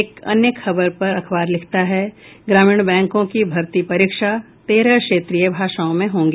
एक अन्य खबर पर अखबार लिखता है ग्रामीण बैंकों की भर्ती परीक्षा तेरह क्षेत्रीय भाषाओं में होगी